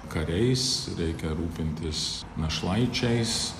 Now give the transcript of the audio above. kariais reikia rūpintis našlaičiais